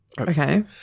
Okay